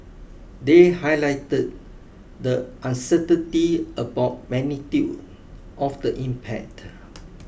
they highlighted the uncertainty about magnitude of the impact